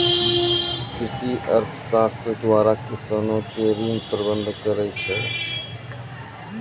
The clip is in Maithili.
कृषि अर्थशास्त्र द्वारा किसानो के ऋण प्रबंध करै छै